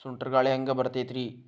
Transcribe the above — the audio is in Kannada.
ಸುಂಟರ್ ಗಾಳಿ ಹ್ಯಾಂಗ್ ಬರ್ತೈತ್ರಿ?